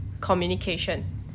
communication